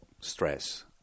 stress